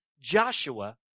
Joshua